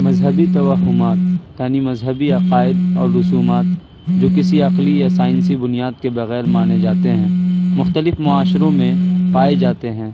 مذہبی توہمات یعنی مذہبی عقائد اور رسومات جو کسی عقلی یا سائنسی بنیاد کے بغیر مانے جاتے ہیں مختلف معاشروں میں پائے جاتے ہیں